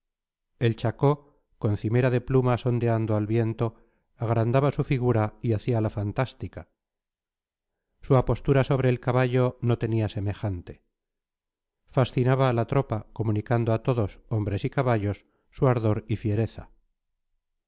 el chacó con cimera de plumas ondeando al viento agrandaba su figura y hacíala fantástica su apostura sobre el caballo no tenía semejante fascinaba a la tropa comunicando a todos hombres y caballos su ardor y fiereza